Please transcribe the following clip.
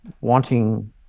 wanting